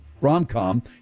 rom-com